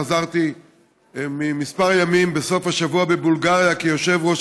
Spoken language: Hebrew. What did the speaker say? בסוף השבוע חזרתי מכמה ימים בבולגריה כיושב-ראש